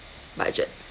budget